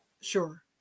Sure